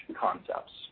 concepts